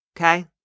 Okay